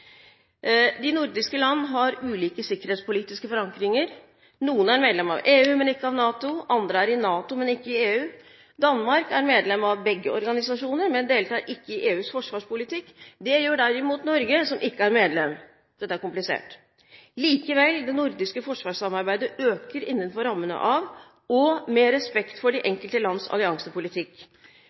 De nordiske land har ulike sikkerhetspolitiske forankringer. Noen er medlem av EU, men ikke av NATO. Andre er i NATO, men ikke i EU. Danmark er medlem av begge organisasjoner, men deltar ikke EUs forsvarspolitikk. Det gjør derimot Norge, som ikke er medlem. Dette er komplisert. Likevel, det nordiske forsvarssamarbeidet øker innenfor rammene av – og med respekt for – de enkelte lands alliansepolitikk.